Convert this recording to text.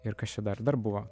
ir kas čia dar dar buvo